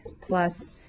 plus